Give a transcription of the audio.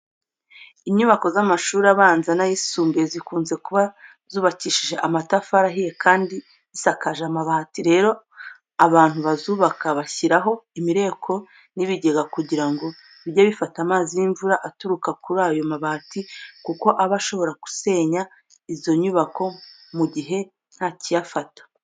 Inyubako z'amashuri abanza n'ayisumbuye zikunze kuba zubakishije amatafari ahiye kandi zisakaje amabati. Rero abantu bazubaka bazishyiraho imireko n'ibigega kugira ngo bijye bifata amazi y'imvura aturuka kuri ayo mabati kuko aba ashobora gusenya izo nyubako mu gihe ntakiyafata.